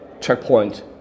checkpoint